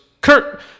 Kurt